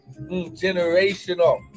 generational